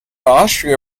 austria